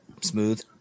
smooth